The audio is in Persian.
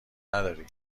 نداری